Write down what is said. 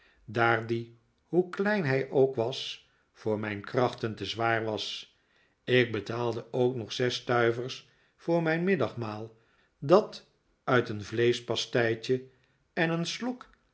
daar die hoe klein hij ook was voor mijn krachten te zwaar was ik betaalde ook nog zes stuivers voor mijn middagmaal dat uit een vleeschpasteitje en een slok